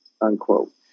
unquote